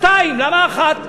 שתיים, למה אחת?